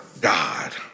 God